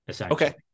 okay